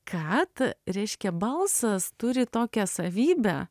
kad reiškia balsas turi tokią savybę